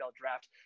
draft